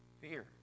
fear